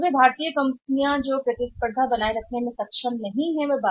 तो उन भारतीय वे कंपनियाँ जो बाजार से बाहर हो गई हैं प्रतिस्पर्धा को बनाए रखने में सक्षम नहीं थीं